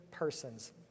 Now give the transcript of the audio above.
persons